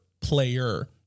player